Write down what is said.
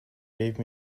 gave